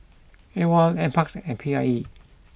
Awol Nparks and P I E